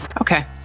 okay